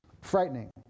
frightening